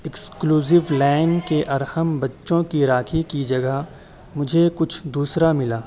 exclusive لین کے ارحم بچوں کی راکھی کی جگہ مجھے کچھ دوسرا ملا